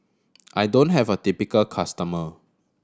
I don't have a typical customer